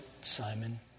Simon